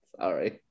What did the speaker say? sorry